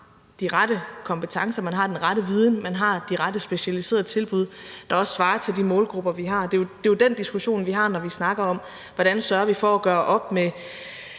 man har de rette kompetencer, den rette viden og de rette specialiserede tilbud, der svarer til de målgrupper, vi har. Det er jo den diskussion, vi har, når vi snakker om, hvordan vi sørger for at gøre op med